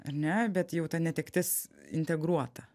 ar ne bet jau ta netektis integruota